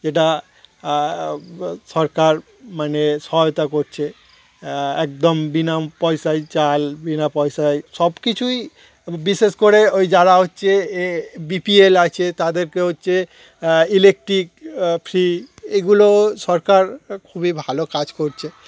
যেটা সরকার মানে সহায়তা করছে একদম বিনা পয়সায় চাল বিনা পয়সায় সব কিছুই বিশেষ করে ওই যারা হচ্ছে এ বিপিএল আছে তাদেরকে হচ্ছে ইলেকট্রিক ফ্রি এগুলোও সরকার খুবই ভালো কাজ করছে